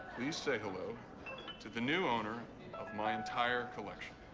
please say hello to the new owner of my entire collection.